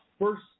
first